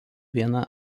viena